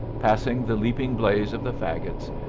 passing the leaping blaze of the fagots,